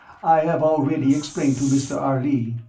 i have already explained to mr. harley.